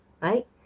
right